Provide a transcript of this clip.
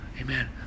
Amen